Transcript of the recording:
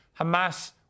Hamas